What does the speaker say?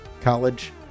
college